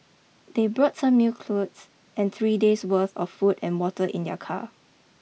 they brought some new clothes and three days worth of food and water in their car